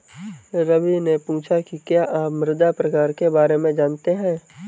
रवि ने पूछा कि क्या आप मृदा प्रकार के बारे में जानते है?